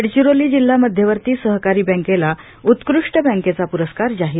गडचिरोली जिल्हा मध्यवर्ती सरकारी बँकेला उत्कृष्ट बँकेचा पुरस्कार जाहीर